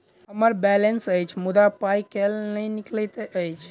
हम्मर बैलेंस अछि मुदा पाई केल नहि निकलैत अछि?